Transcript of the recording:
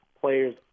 players